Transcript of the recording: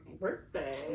birthday